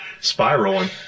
spiraling